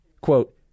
quote